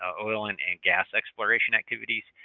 ah oil and and gas exploration activities,